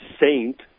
saint